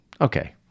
okay